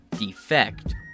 Defect